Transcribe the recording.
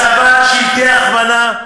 הצבת שלטי הכוונה,